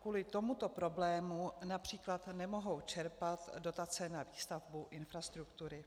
Kvůli tomuto problému například nemohou čerpat dotace na výstavbu infrastruktury.